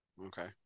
Okay